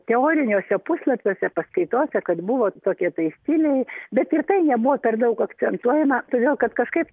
teoriniuose puslapiuose paskaitose kad buvo tokie tai stiliai bet ir tai nebuvo per daug akcentuojama todėl kad kažkaip